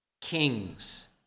kings